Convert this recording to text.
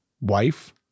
wife